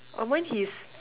oh mine he's